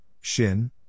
Shin